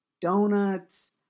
donuts